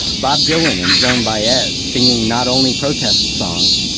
bob dylan and joan baez, singing not only protest songs,